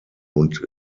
und